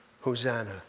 Hosanna